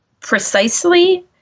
precisely